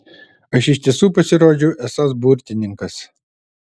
aš iš tiesų pasirodžiau esąs burtininkas